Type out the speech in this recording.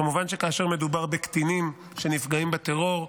כמובן שכאשר מדובר בקטינים שנפגעים בטרור,